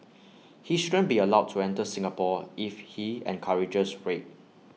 he shouldn't be allowed to enter Singapore if he encourages rape